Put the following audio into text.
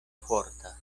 forta